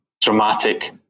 dramatic